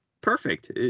perfect